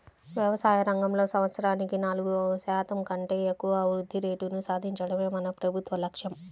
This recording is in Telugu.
వ్యవసాయ రంగంలో సంవత్సరానికి నాలుగు శాతం కంటే ఎక్కువ వృద్ధి రేటును సాధించడమే మన ప్రభుత్వ లక్ష్యం